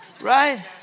right